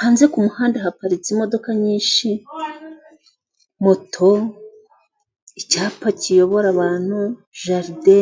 hanze kumuhanda haparitse imodoka nyishi moto icyapa kiyobora abantu, jaride..